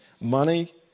Money